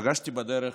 פגשתי בדרך,